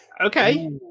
Okay